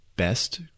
Best